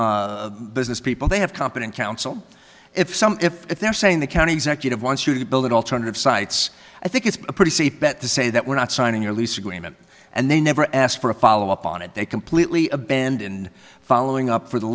bill business people they have competent counsel if some if they're saying the county executive wants to build an alternative sites i think it's a pretty safe bet to say that we're not signing your lease agreement and they never asked for a follow up on it they completely abandoned following up for the